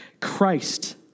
Christ